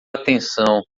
atenção